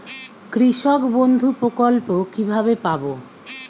কৃষকবন্ধু প্রকল্প কিভাবে পাব?